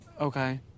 Okay